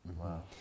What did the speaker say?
Wow